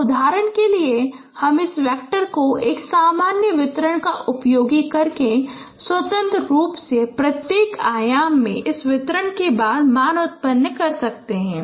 और उदाहरण के लिए हम इस वेक्टर को एक सामान्य वितरण का उपयोग करके स्वतंत्र रूप से प्रत्येक आयाम में इस वितरण के बाद मान उत्पन्न कर सकते हैं